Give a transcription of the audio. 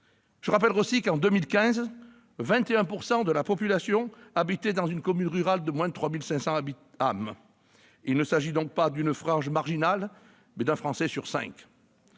ses représentants. En 2015, 21 % de la population habitait dans une commune rurale de moins de 3 500 âmes ; il ne s'agit donc pas d'une frange marginale, mais d'un Français sur cinq.